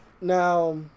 Now